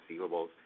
receivables